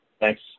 Thanks